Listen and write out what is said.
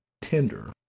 tender